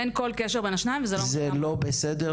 אין כל קשר בין השניים --- זה לא בסדר,